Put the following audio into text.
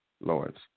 Lawrence